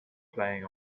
playing